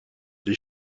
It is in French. les